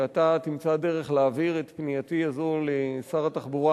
שאתה תמצא דרך להעביר את פנייתי הזו לשר התחבורה,